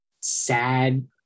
sad